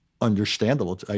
understandable